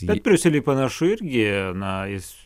bet briusely panašu irgi na jis